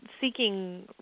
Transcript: seeking